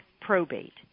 probate